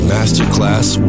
Masterclass